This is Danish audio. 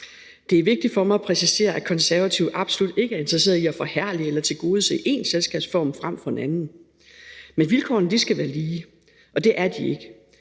Det er vigtigt for mig at præcisere, at Konservative absolut ikke er interesseret i at forherlige eller tilgodese én selskabsform frem for en anden, men vilkårene skal være lige, og det er de ikke.